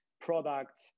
product